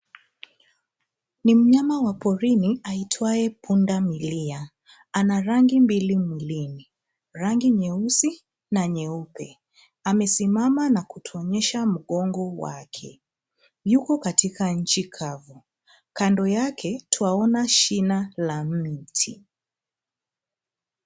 Ni mnyama wa porini aitwaye punda milia. Ana rangi mbili mwilini. Rangi nyeusi na nyeupe. Amesimama na kutuonyesha mgongo wake. Yuko katika nchi kavu. Kando yake twaona shina la mti.